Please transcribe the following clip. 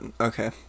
Okay